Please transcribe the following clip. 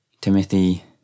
Timothy